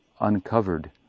uncovered